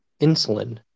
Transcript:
insulin